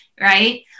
Right